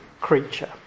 creature